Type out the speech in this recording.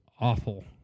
awful